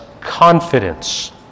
confidence